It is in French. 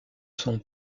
son